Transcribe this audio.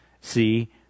see